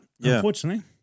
unfortunately